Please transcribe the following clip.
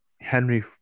Henry